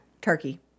Turkey